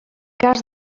cas